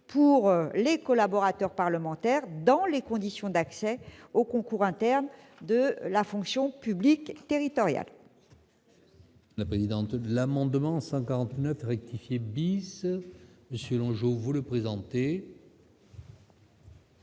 pour les collaborateurs parlementaires dans les conditions d'accès aux concours internes de la fonction publique territoriale.